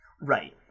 Right